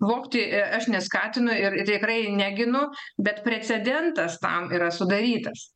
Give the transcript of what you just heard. vogti aš neskatinu ir ir tikrai neginu bet precedentas tam yra sudarytas